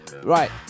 Right